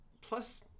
plus